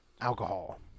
alcohol